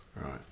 right